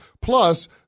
Plus